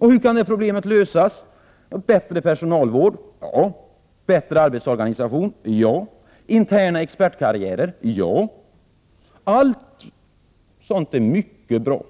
Hur kan problemet lösas? Med bättre personalvård? Ja. Med bättre arbetsorganisation? Ja. Med interna expertkarriärer? Ja. Allt sådant är mycket bra.